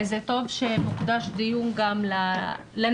טוב שמוקדש דיון גם לניצולים,